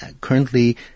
currently